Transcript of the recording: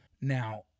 Now